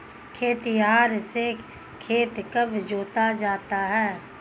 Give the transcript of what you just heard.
खेतिहर से खेत कब जोता जाता है?